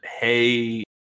Hey